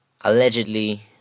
allegedly